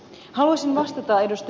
haluaisin vastata ed